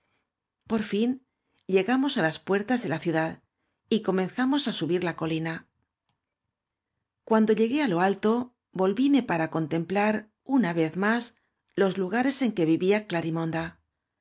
por ña llegamos á las puertas déla ciu dad y comenzamos á subir la colina cuando llegué á lo alto volvíme para con templar una vez más los lugares en que vivía